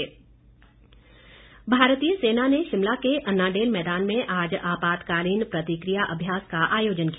पूर्वाभ्यास भारतीय सेना ने शिमला के अनाडेल मैदान में आज आपातकालीन प्रतिक्रिया अभ्यास का आयोजन किया